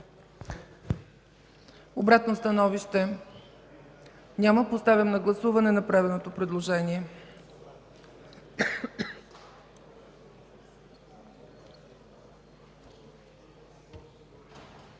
Обратно становище? Няма. Поставям на гласуване направеното предложение.